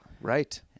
Right